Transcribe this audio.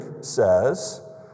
says